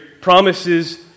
promises